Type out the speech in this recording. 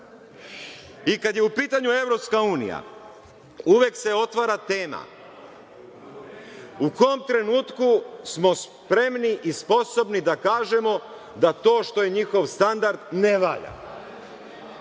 je u pitanje EU, uvek se otvara tema u kom trenutku smo spremni i sposobni da kažemo da to što je njihov standard ne valja,